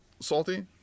Salty